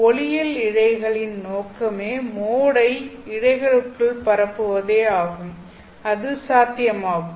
ஒளியியல் இழைகளின் நோக்கமே மோட் ஐ இழைகளுக்குள் பரப்புவதே ஆகும் அது சாத்தியமாகும்